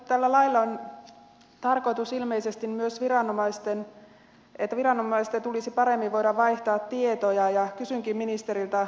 tällä lailla on ilmeisesti myös se tarkoitus että viranomaiset voisivat paremmin vaihtaa tietoja ja kysynkin ministeriltä